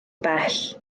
bell